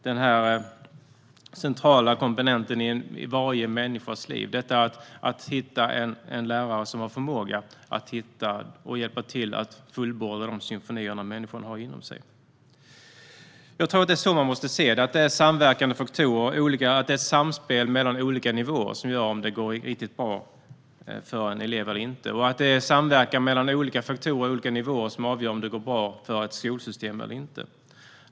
Det är en central komponent i varje människas liv att hitta en lärare som har förmåga att hjälpa till att fullborda de symfonier som människan har inom sig. Det är så som man måste se det. Det är samverkande faktorer och ett samspel mellan olika nivåer som avgör om det går bra för en elev eller inte. Det är också samverkan mellan olika faktorer och olika nivåer som avgör om det går bra för ett skolsystem eller inte.